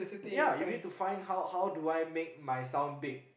ya you need to find how how do I make my sound big